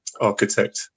architect